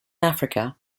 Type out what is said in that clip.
africa